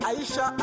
Aisha